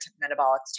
Metabolic